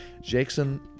Jackson